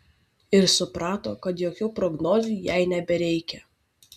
ir suprato kad jokių prognozių jai nebereikia